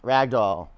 Ragdoll